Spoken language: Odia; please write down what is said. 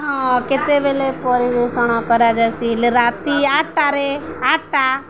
ହଁ କେତେବେଳେ ପରିବେଷଣ କରାଯାଇସି ରାତି ଆଠଟାରେ ଆଠଟାରେ ଆଠଟା